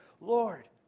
Lord